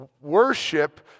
worship